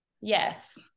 Yes